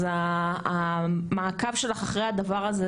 אז המעקב שלך אחרי הדבר הזה,